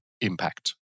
impact